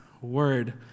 word